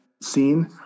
scene